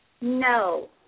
No